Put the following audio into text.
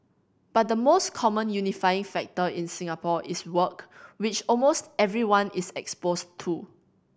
but the most common unifying factor in Singapore is work which almost everyone is exposed to